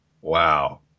Wow